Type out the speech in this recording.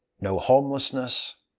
no homelessness.